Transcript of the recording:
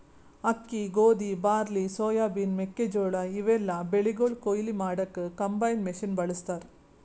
ಅಕ್ಕಿ ಗೋಧಿ barley soybean ಮೆಕ್ಕೆಜೋಳಾ ಇವೆಲ್ಲಾ ಬೆಳಿಗೊಳ್ ಕೊಯ್ಲಿ ಮಾಡಕ್ಕ್ ಕಂಬೈನ್ ಮಷಿನ್ ಬಳಸ್ತಾರ್